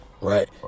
right